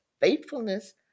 faithfulness